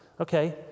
Okay